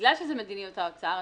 בגלל שזה מדיניות האוצר,